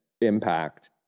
impact